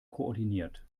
koordiniert